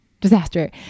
disaster